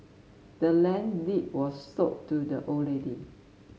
the land's deed was sold to the old lady